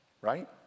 right